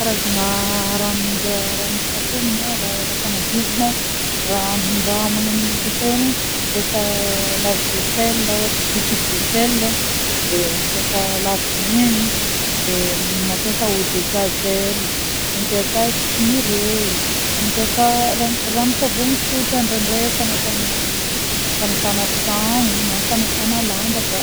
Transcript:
Karazagna ranondraha ranon-tsavôny na raha raha fagnadiovana ranondraha magnanigny ampiasainy: mampiasa lave vaisselle ôhatra liquide vaisselle de mampiasa lave main, de mampiasa eau de javel, mampiasa sûr'Eau, mampiasa rano-ranon-tsavôny tsotra ndraindray fanasana fanasana tragno na fanasana lamba koà.